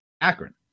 Akron